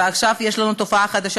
ועכשיו יש לנו תופעה חדשה,